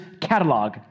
catalog